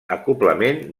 acoblament